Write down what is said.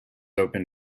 open